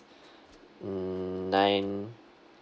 mm nine